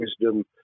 wisdom